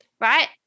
right